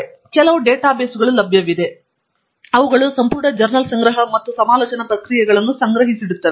ಆದ್ದರಿಂದ ಕೆಲವು ಡೇಟಾಬೇಸ್ಗಳು ಲಭ್ಯವಿವೆ ಅವುಗಳು ಸಂಪೂರ್ಣ ಜರ್ನಲ್ ಸಂಗ್ರಹ ಮತ್ತು ಸಮಾಲೋಚನಾ ಪ್ರಕ್ರಿಯೆಗಳನ್ನು ಸಂಗ್ರಹಿಸಿಡುತ್ತವೆ